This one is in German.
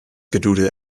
gedudel